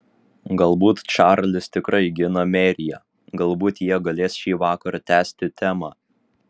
galbūt čarlis tikrai gina meriją galbūt jie galės šįvakar tęsti temą